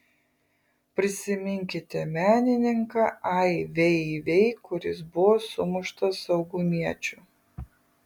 prisiminkite menininką ai vei vei kuris buvo sumuštas saugumiečių